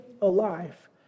alive